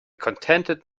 contented